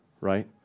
right